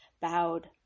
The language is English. bowed